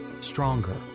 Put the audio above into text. stronger